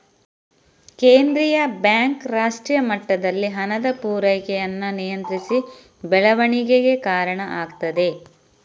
ಕೇಂದ್ರೀಯ ಬ್ಯಾಂಕ್ ರಾಷ್ಟ್ರೀಯ ಮಟ್ಟದಲ್ಲಿ ಹಣದ ಪೂರೈಕೆಯನ್ನ ನಿಯಂತ್ರಿಸಿ ಬೆಳವಣಿಗೆಗೆ ಕಾರಣ ಆಗ್ತದೆ